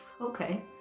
okay